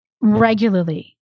regularly